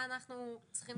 מה אנחנו צריכים